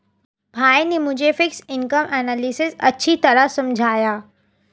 भाई ने मुझे फिक्स्ड इनकम एनालिसिस अच्छी तरह समझाया